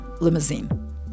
Limousine